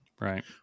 right